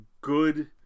good